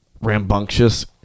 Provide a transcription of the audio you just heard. rambunctious